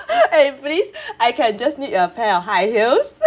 eh please I can just need a pair of high heels